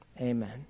Amen